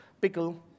pickle